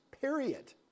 period